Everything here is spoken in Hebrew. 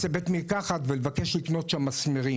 לבית מרקחת ולבקש לקנות שם מסמרים.